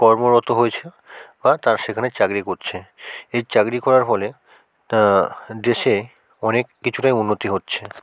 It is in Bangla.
কর্মরত হয়েছে বা তারা সেখানে চাকরি করছে এই চাকরি করার ফলে একটা দেশে অনেক কিছুটাই উন্নতি হচ্ছে